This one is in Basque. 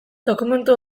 dokumentu